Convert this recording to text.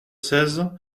seize